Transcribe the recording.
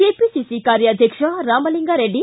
KPCC ಕಾರ್ಯಾಧ್ವಕ್ಷ ರಾಮಲಿಂಗಾ ರೆಡ್ಡಿ